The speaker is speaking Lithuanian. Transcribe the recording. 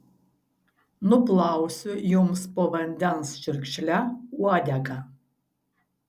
nuplausiu jums po vandens čiurkšle uodegą